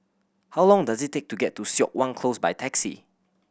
how long does it take to get to Siok Wan Close by taxi